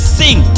sing